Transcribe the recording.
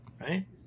right